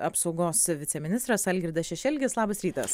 apsaugos viceministras algirdas šešelgis labas rytas